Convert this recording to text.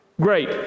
Great